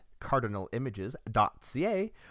cardinalimages.ca